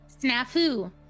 snafu